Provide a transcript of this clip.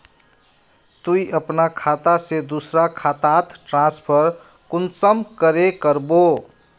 तुई अपना खाता से दूसरा खातात ट्रांसफर कुंसम करे करबो?